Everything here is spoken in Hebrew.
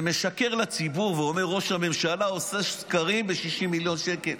משקר לציבור ואומר: ראש הממשלה עושה סקרים ב-60 מיליון שקל.